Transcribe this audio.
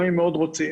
גם אם מאוד רוצים